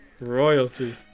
Royalty